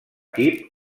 equip